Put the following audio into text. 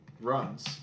Runs